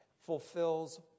fulfills